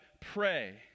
pray